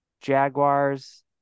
Jaguars